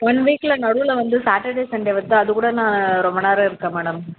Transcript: one வீக்கில் நடுவில் வந்து சாட்டர்டே சண்டே வருது அது கூட நான் ரொம்ப நேரம் இருக்கேன் மேடம்